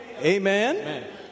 Amen